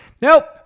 nope